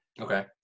okay